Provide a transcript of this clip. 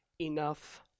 enough